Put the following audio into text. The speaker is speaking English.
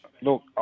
look